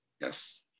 Yes